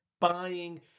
buying